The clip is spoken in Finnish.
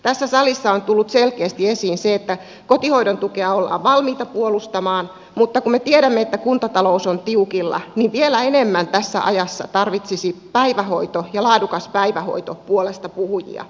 tässä salissa on tullut selkeästi esiin se että kotihoidon tukea ollaan valmiita puolustamaan mutta kun me tiedämme että kuntatalous on tiukilla niin vielä enemmän tässä ajassa tarvitsisi päivähoito ja laadukas päivähoito puolestapuhujia